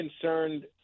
concerned